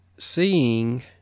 seeing